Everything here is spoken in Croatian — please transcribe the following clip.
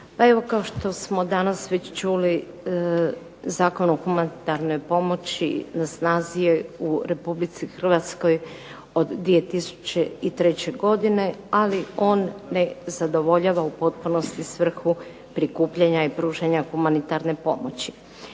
Pa evo kao što smo danas već čuli Zakon o humanitarnoj pomoći na snazi je u Republici Hrvatskoj od 2003. godine. Ali on ne zadovoljava u potpunosti svrhu prikupljanja i pružanja humanitarne pomoći.